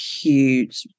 huge